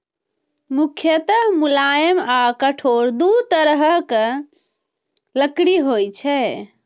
मुख्यतः मुलायम आ कठोर दू तरहक लकड़ी होइ छै